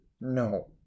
No